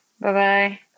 bye-bye